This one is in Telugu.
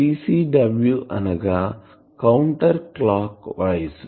CCW అనగా కౌంటర్ క్లాక్ వైస్